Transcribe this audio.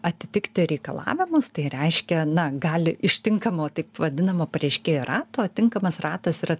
atitikti reikalavimus tai reiškia na gali iš tinkamo taip vadinamo pareiškėjų rato tinkamas ratas yra